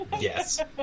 Yes